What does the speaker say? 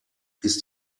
ist